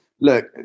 Look